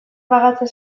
pagatzen